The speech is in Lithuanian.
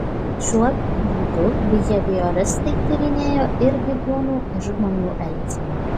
šiuo būdu bihevioristai tyrinėjo ir gyvūnų ir žmonių elgseną